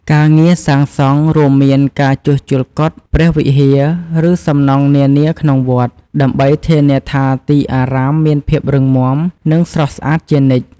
ការងារសាងសង់ រួមមានការជួសជុលកុដិ ព្រះវិហារ ឬសំណង់នានាក្នុងវត្ត ដើម្បីធានាថាទីអារាមមានភាពរឹងមាំ និងស្រស់ស្អាតជានិច្ច។